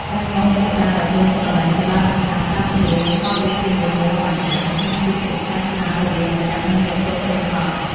ការនាំតុក្កតាដែលខ្លួនស្រឡាញ់ទៅដើរកម្សាន្តតាមខ្លួន និងថតរូបជាមួយម្ហូបអាហារ បង្ហាញពីភាពស្និទ្ធស្នាលរវាងម្ចាស់និងវត្ថុសន្សំ។